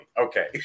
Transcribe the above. Okay